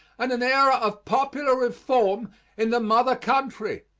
and an era of popular reform in the mother country.